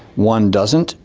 one doesn't,